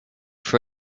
for